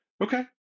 okay